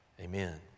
amen